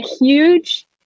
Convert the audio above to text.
huge